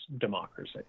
democracy